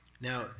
Now